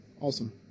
Awesome